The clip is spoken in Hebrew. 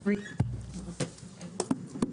הישיבה ננעלה בשעה 12:55.